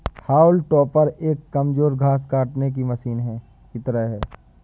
हाउल टॉपर एक कमजोर घास काटने की मशीन की तरह है